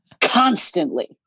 constantly